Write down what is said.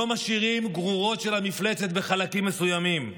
לא משאירים גרורות של המפלצת בחלקים מסוימים.